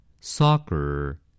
Soccer